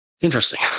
Interesting